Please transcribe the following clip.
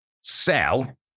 sell